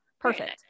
perfect